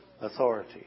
authority